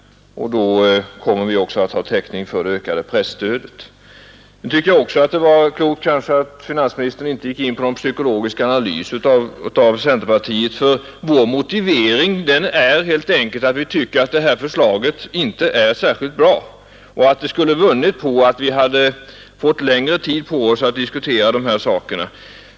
Där kommer vi också att ha täckning för det ökade presstödet. Sedan tycker jag också att det var klokt att finansministern inte gick in på någon psykologisk analys av centerpartiet, ty vår motivering är helt enkelt att vi tycker att detta förslag inte är särskilt bra. Vi anser att det skulle ha vunnit på om vi fått längre tid på oss att diskutera dessa frågor och i anslutning till reklamutredningens hela förslag.